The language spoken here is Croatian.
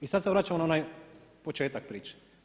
I sad se vraćamo na onaj početak priče.